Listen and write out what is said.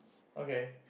okay